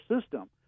system